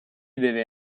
deve